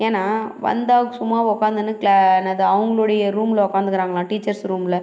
ஏன்னா வந்தால் சும்மா உக்காந்துன்னு என்ன அது அவங்களுடைய ரூம்ல உக்காந்துக்குறாங்கலாம் டீச்சர்ஸ் ரூமில்